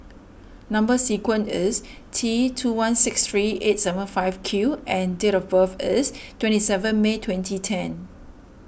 Number Sequence is T two one six three eight seven five Q and date of birth is twenty seven May twenty ten